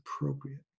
appropriate